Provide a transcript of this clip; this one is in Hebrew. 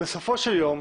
בסופו של יום,